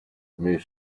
mais